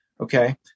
okay